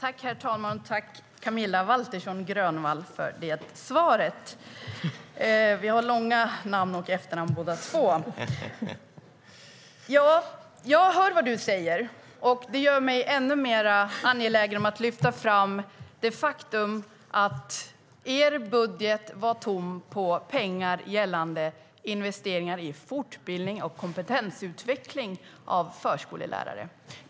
Herr talman! Tack, Camilla Waltersson Grönvall, för svaret! Jag hör vad du säger. Det gör mig ännu mer angelägen om att lyfta fram det faktum att er budget var tom på pengar gällande investeringar i fortbildning och kompetensutveckling för förskollärare.